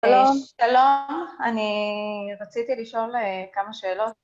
שלום, אני רציתי לשאול כמה שאלות